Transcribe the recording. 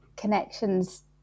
connections